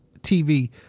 tv